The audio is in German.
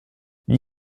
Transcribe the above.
wie